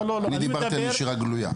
אני דיברתי על נשירה גלויה.